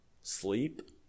sleep